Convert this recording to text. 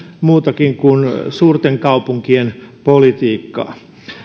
muutakin kuin suurten kaupunkien politiikkaa